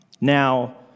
Now